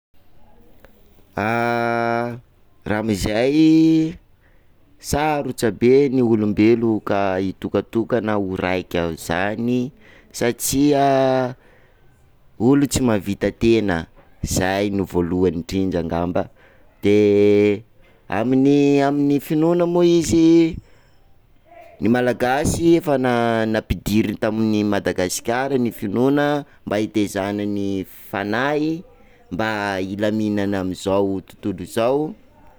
Raha amin'izay, sarotra be ny olombelo ka hitokatokana ho raika zany satria olo tsy mahavita tena, izay no voalohany indrindra angamba, de amin'ny finoana moa izy, ny Malagasy efa nampoidirina tamin' i Madagasikara ny finoana mba hitezana ny fanahy mba hilaminana amin'izao tontolo izao.